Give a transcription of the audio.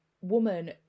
woman